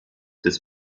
des